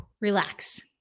Relax